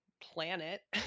planet